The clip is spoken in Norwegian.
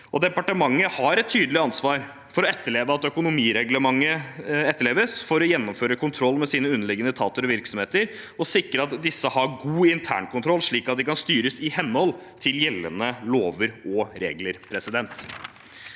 Departementet har et tydelig ansvar for at økonomireglementet etterleves, for å gjennomføre kontroll med sine underliggende etater og virksomheter og sikre at disse har god internkontroll, slik at de kan styres i henhold til gjeldende lover og regler.